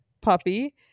puppy